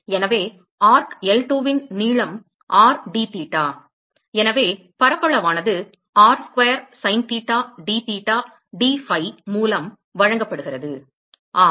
எனவே arc L2 இன் நீளம் r dtheta எனவே பரப்பளவு ஆனது r square sin theta d theta d phi மூலம் வழங்கப்படுகிறது ஆம்